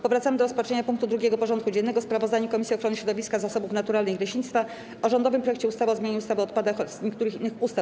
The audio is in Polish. Powracamy do rozpatrzenia punktu 2. porządku dziennego: Sprawozdanie Komisji Ochrony Środowiska, Zasobów Naturalnych i Leśnictwa o rządowym projekcie ustawy o zmianie ustawy o odpadach oraz niektórych innych ustaw.